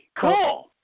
cool